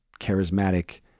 charismatic